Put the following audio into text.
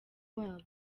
wabo